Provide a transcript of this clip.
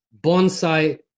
bonsai